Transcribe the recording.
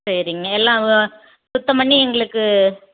சரிங்க எல்லாம் வ சுத்தம் பண்ணி எங்களுக்கு